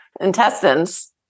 intestines